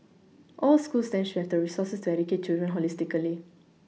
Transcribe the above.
all schools then should have the resources to educate children holistically